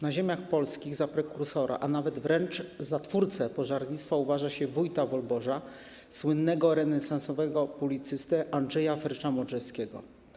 Na ziemiach polskich za prekursora, a wręcz za twórcę pożarnictwa uważa się wójta Wolborza, słynnego renesansowego publicystę Andrzeja Frycza Modrzewskiego.